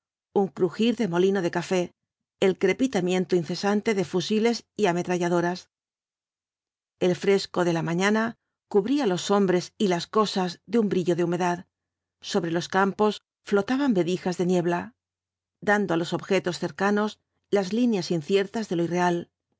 un crujir de molino de café el crepitaraiento incesante de fusiles y ametralladoras el fresco de la mañana cubría los hombres y las cosas de un brillo de humedad sobre los campos flotaban vedijas de niebla dando á lo objetos cercanos las líneas inciertas de lo